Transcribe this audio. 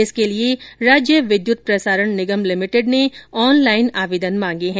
इसके लिए राज्य विद्यूत प्रसारण निगम लिमिटेड ने ऑनलाइन आवेदन मांगें हैं